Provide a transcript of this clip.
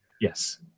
Yes